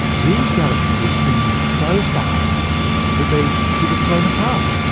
these galaxies were spinning so fast that they should've flown apart.